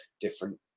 different